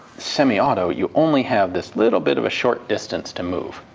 semi-auto you only have this little bit of a short distance to move.